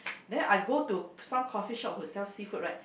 then I go to some coffee shop who sell seafood right